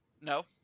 no